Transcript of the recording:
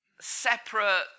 separate